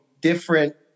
different